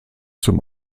zum